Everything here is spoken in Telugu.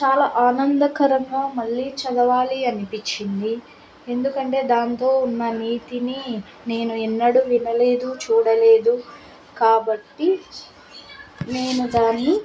చాలా ఆనందకరంగా మళ్ళీ చదవాలి అనిపించింది ఎందుకంటే దానిలో ఉన్న నీతిని నేను ఎన్నడు వినలేదు చూడలేదు కాబట్టి నేను దాన్ని